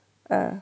uh